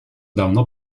давно